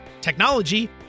technology